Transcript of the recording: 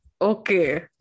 Okay